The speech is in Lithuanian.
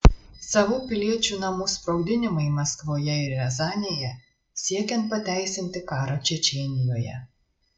savų piliečių namų sprogdinimai maskvoje ir riazanėje siekiant pateisinti karą čečėnijoje